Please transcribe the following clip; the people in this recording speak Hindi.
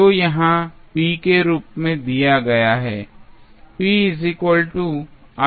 जो यहां p के रूप में दिया गया है